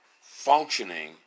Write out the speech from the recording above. functioning